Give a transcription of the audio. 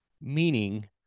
Meaning